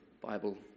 Bible